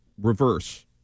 reverse